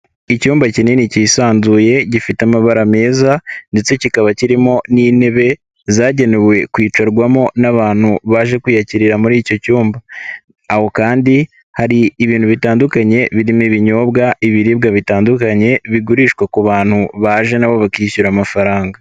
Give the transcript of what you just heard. Icyumba kinini cyisanzuye, gifite amabara meza ndetse kikaba kirimo n'intebe zagenewe kwicarwamo n'abantu baje kwiyakirira muri icyo cyumba, aho kandi hari ibintu bitandukanye, birimo ibinyobwa, ibiribwa bitandukanye, bigurishwa ku bantu baje na bo bakishyura amafaranga.